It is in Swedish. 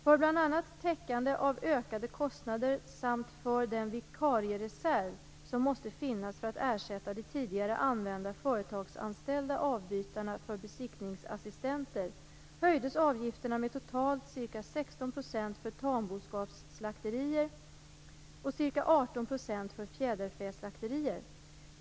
För bl.a. täckande av ökade kostnader samt för den vikariereserv som måste finnas för att ersätta de tidigare använda företagsanställda avbytarna för besiktningsassistenter höjdes avgifterna med totalt ca 16 % för tamboskapsslakterier och ca 18 % för fjäderfäslakterier.